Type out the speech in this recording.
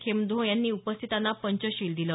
खेमध्मो यांनी उपस्थितांना पंचशिल दिले